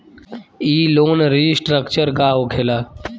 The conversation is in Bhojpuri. ई लोन रीस्ट्रक्चर का होखे ला?